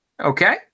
Okay